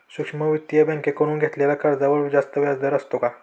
सूक्ष्म वित्तीय बँकेकडून घेतलेल्या कर्जावर जास्त व्याजदर असतो का?